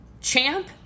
champ